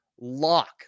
lock